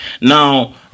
Now